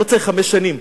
לא צריך חמש שנים,